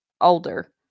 older